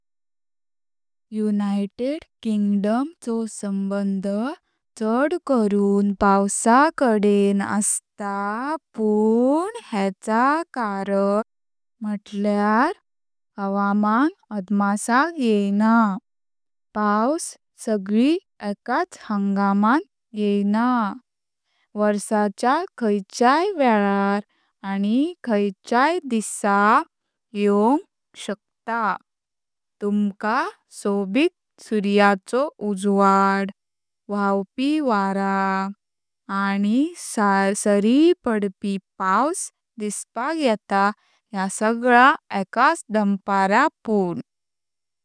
United Kingdom चो संबंध छड करुन पावसा कडेन आस्त पण हेचा कारण म्हुटल्यार हावामान आदमासाक येयना। पावस सगळी एकाच हंगामांत येणा, वर्षाच्या खायच्या वेळार आनी खायच्या दिसा येवक शकता। तुमका सोबीत सूर्याचो उजवाड, व्हावपी वार आनी सरी पडपी पावस दिसपाक येता ह्या सगला एकाच दानपर पण।